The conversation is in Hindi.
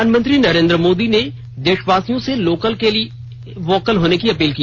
प्रधानमंत्री नरेन्द्र मोदी ने देशवासियों से लोकल के लिए वोकल होने की अपील की